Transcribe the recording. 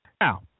Now